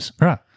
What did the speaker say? Right